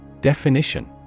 Definition